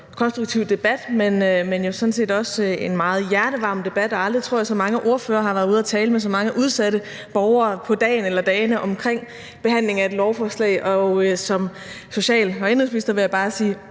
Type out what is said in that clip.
konstruktiv debat, men jo sådan set også en meget hjertevarm debat. Aldrig tror jeg, så mange ordførere har været ude og tale med så mange udsatte borgere på dagen eller dagene omkring behandlingen af et lovforslag. Som social- og indenrigsminister vil jeg bare sige: